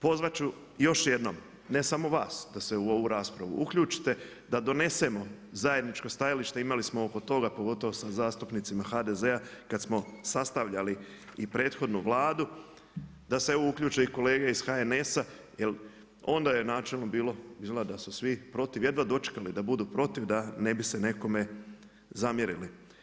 Pozvat ću još jednom, ne samo vas, da se u ovu raspravu uključite, da donesemo zajedničko stajalište, imali smo oko toga pogotovo sa zastupnicima HDZ-a, kad smo sastavljali i prethodnu Vladu, da se uključe i kolege iz HNS-a jer onda je načelno bilo, izgleda su svi jedva dočekali da budu protiv da ne bi se nekome zamjerili.